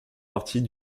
partie